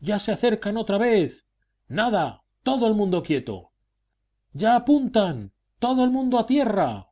ya se acercan otra vez nada todo el mundo quieto ya apuntan todo el mundo a tierra